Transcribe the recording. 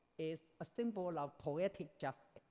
is a symbol of poetic justice.